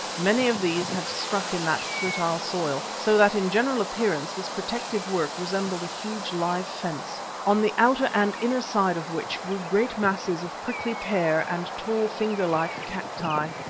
many of these had struck in that fertile soil, so that in general appearance this protective work resembled a huge live fence, on the outer and inner side of which grew great masses of prickly pear and tall, finger-like cacti.